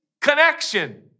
connection